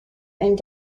and